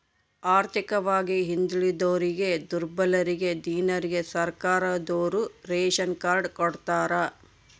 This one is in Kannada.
ಆರ್ಥಿಕವಾಗಿ ಹಿಂದುಳಿದೋರಿಗೆ ದುರ್ಬಲರಿಗೆ ದೀನರಿಗೆ ಸರ್ಕಾರದೋರು ರೇಶನ್ ಕಾರ್ಡ್ ಕೊಡ್ತಾರ